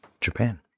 Japan